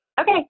Okay